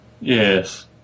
yes